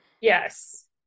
yes